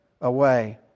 away